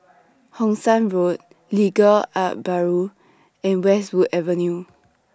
Hong San Walk Legal Aid Bureau and Westwood Avenue